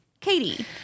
Katie